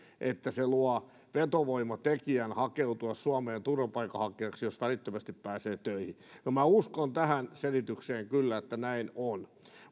että se luo vetovoimatekijän hakeutua suomeen turvapaikanhakijaksi jos välittömästi pääsee töihin minä uskon tähän selitykseen kyllä että näin on